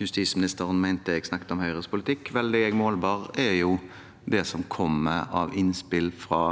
justisministeren mente jeg snakket om Høyres politikk. Vel, det jeg målbar, er jo det som kommer av innspill fra